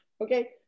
Okay